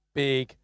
big